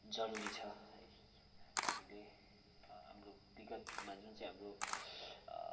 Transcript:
जरूरी छ है हीमीले हाम्रो विगतमा जुन चाहिँ हाम्रो